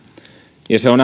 ja on